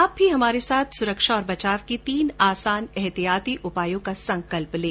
आप भी हमारे साथ सुरक्षा और बचाव के तीन आसान एहतियाती उपायों का संकल्प लें